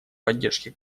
поддержки